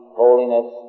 holiness